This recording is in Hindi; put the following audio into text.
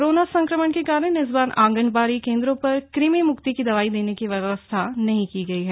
कोरोना संक्रमण के कारण इस बार आंगनबाड़ी केंद्रों पर कृमि म्क्ति की दवाई देने की व्यवस्था नहीं की गई है